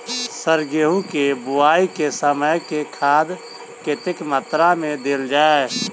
Sir गेंहूँ केँ बोवाई केँ समय केँ खाद कतेक मात्रा मे देल जाएँ?